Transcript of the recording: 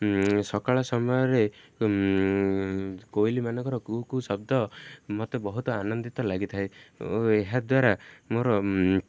ସକାଳ ସମୟରେ କୋଇଲି ମାନଙ୍କର କୁହୁ କୁହୁ ଶବ୍ଦ ମତେ ବହୁତ ଆନନ୍ଦିତ ଲାଗିଥାଏ ଓ ଏହାଦ୍ୱାରା ମୋର